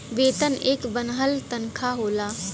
वेतन एक बन्हल तन्खा होला